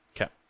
Okay